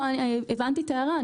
הבנתי את ההערה.